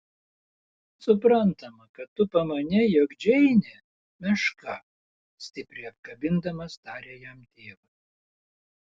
suprantama kad tu pamanei jog džeinė meška stipriai apkabindamas tarė jam tėvas